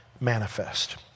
manifest